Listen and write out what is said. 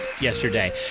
yesterday